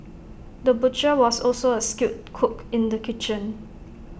the butcher was also A skilled cook in the kitchen